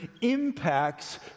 impacts